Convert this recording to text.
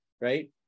right